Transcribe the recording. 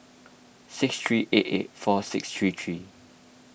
six three eight eight four six three three